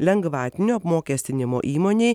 lengvatinio apmokestinimo įmonei